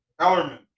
Hellerman